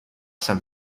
san